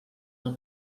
del